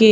કે